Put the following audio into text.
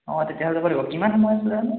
অঁ তেতিয়াহ'লে যাব লাগিব কিমান সময়ত আছিলে জানো